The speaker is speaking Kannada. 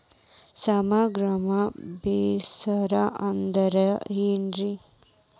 ಸಮಗ್ರ ಬೇಸಾಯ ಅಂದ್ರ ಏನ್ ರೇ?